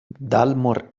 dalmor